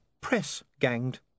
press-ganged